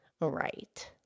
Right